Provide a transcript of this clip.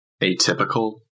atypical